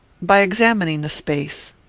by examining the space.